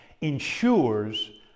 ensures